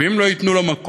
ואם לא ייתנו לו מקום,